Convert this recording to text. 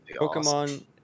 Pokemon